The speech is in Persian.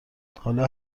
حالا